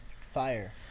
fire